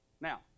Now